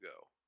go